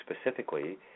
specifically